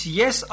yes